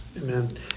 Amen